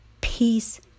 peace